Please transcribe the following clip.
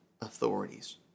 authorities